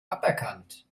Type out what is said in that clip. aberkannt